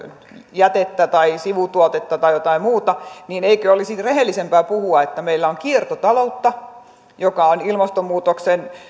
jätettä tai sivutuotetta tai jotain muuta niin eikö olisi rehellisempää puhua että meillä on kiertotaloutta joka on ilmastonmuutoksen